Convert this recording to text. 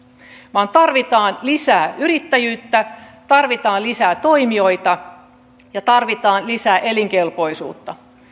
vaan tarvitaan lisää yrittäjyyttä tarvitaan lisää toimijoita ja tarvitaan lisää elinkelpoisuutta